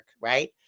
right